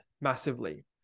massively